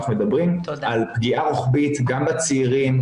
אנחנו מדברים על פגיעה רוחבית גם בצעירים,